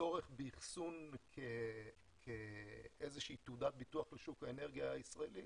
צורך באחסון כאיזושהי תעודת ביטוח לשוק האנרגיה הישראלי